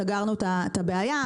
סגרנו את הבעיה.